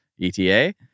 ETA